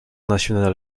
national